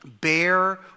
Bear